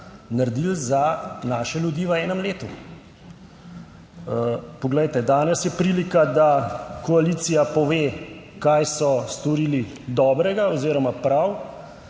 naredili za naše ljudi v enem letu. Poglejte danes je prilika, da koalicija pove kaj so storili dobrega oziroma prav.